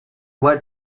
what